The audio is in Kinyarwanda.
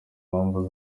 mpamvu